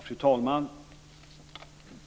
Fru talman!